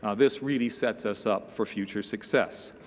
ah this really sets us up for future success.